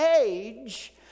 age